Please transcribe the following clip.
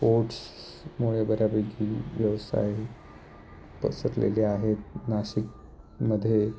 पोर्ट्समुळे बऱ्यापैकी व्यवसाय पसरलेले आहेत नाशिकमध्ये